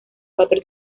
cuatro